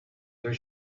their